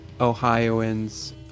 Ohioans